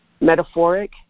metaphoric